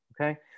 okay